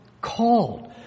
called